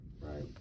right